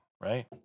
right